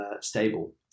stable